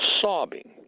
sobbing